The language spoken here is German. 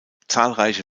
zahlreiche